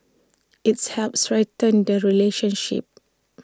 its helps strengthen the relationship